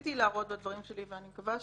שניסיתי להראות בדברים שלי, ואני מקווה שהצלחתי,